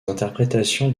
interprétations